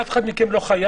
שאף אחד מכם לא חייב,